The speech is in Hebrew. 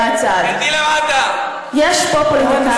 מה שהצעקות האלה מבטאות יותר מכול,